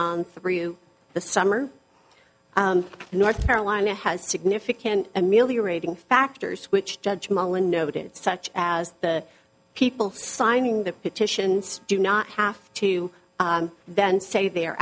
on through the summer in north carolina has significant ameliorating factors which judge mullin noted such as the people signing the petition do not have to then say they're